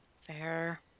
Fair